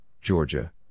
Georgia